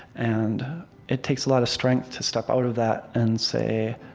and it takes a lot of strength to step out of that and say,